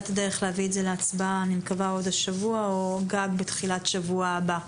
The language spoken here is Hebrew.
את הדרך להביא את זה להצבעה עוד השבוע או בתחילת שבוע הבא.